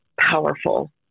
powerful